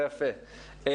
אז,